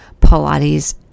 Pilates